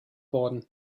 worden